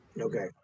Okay